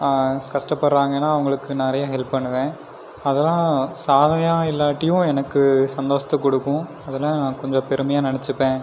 கஷ்டப்படுறாங்கன்னா அவங்களுக்கு நிறைய ஹெல்ப் பண்ணுவேன் அதலாம் சாதனையாக இல்லாட்டியும் எனக்கு சந்தோசத்தை கொடுக்கும் அதெலாம் நான் கொஞ்சம் பெருமையாக நினைச்சிப்பேன்